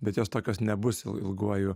bet jos tokios nebus il ilguoju